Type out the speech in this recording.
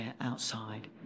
outside